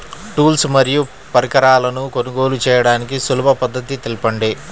Tools మరియు పరికరాలను కొనుగోలు చేయడానికి సులభ పద్దతి తెలపండి?